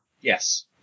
Yes